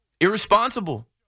Irresponsible